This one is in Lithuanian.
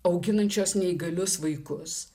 auginančios neįgalius vaikus